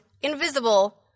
invisible